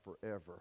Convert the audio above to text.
forever